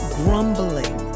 grumbling